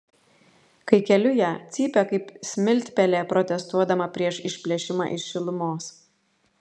kai keliu ją cypia kaip smiltpelė protestuodama prieš išplėšimą iš šilumos